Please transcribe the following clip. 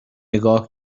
نگاه